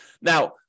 Now